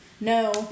no